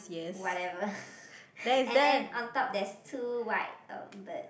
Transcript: whatever and then on top there's two white um bird